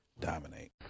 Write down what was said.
dominate